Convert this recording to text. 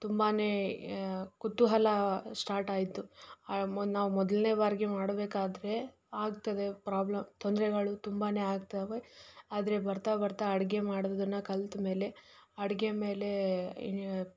ತುಂಬಾ ಕುತೂಹಲ ಸ್ಟಾರ್ಟ್ ಆಯಿತು ನಾವು ಮೊದಲ್ನೇ ಬಾರಿಗೆ ಮಾಡಬೇಕಾದ್ರೆ ಆಗ್ತದೆ ಪ್ರಾಬ್ಲಮ್ ತೊಂದರೆಗಳು ತುಂಬಾ ಆಗ್ತವೆ ಆದರೆ ಬರ್ತಾ ಬರ್ತಾ ಅಡುಗೆ ಮಾಡೋದನ್ನು ಕಲ್ತ ಮೇಲೆ ಅಡುಗೆ ಮೇಲೆ